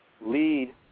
lead